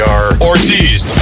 Ortiz